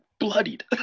bloodied